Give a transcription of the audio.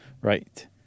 Right